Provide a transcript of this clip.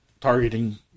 targeting